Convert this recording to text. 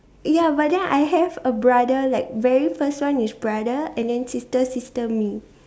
ya but then I have a brother like very first one is brother and then sister sister me